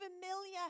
familiar